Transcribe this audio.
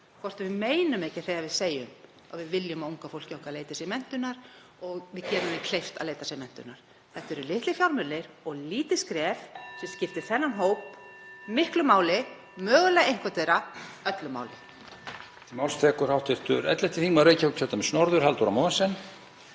hvort við meinum það ekki þegar við segjum að við viljum að unga fólkið okkar leiti sér menntunar og við gerum þeim kleift að leita sér menntunar. Þetta eru litlir fjármunir og lítið skref sem skiptir þennan hóp miklu máli, og mögulega eitthvert þeirra öllu máli.